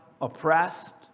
oppressed